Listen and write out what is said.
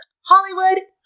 hollywood